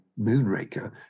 Moonraker